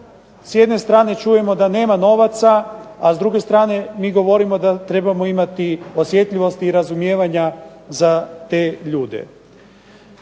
s jedne strane čujemo da nema novaca, a s druge strane mi govorimo da trebamo imati osjetljivosti i razumijevanja za te ljude.